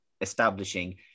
establishing